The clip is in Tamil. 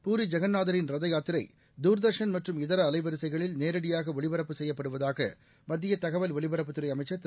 பூரி ஜெகந்நாதரின் ரத யாத்திரை துர்தர்ஷன் மற்றும் இதர அலைவரிசைகளில் நேரடியாக ஒளிபரப்பு செய்யப்படுவதாக மத்திய தகவல் ஒலிபரப்புத் துறை அமைச்சர் திரு